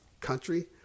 country